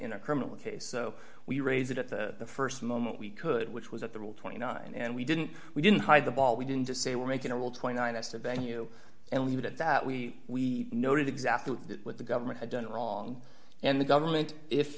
in a criminal case so we raise it at the st moment we could which was at the rule twenty nine and we didn't we didn't hide the ball we didn't just say we're making a will twenty nine s to ban you and leave it at that we noted exactly what the government had done wrong and the government if